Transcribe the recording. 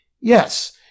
yes